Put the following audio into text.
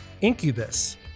Incubus